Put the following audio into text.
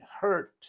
hurt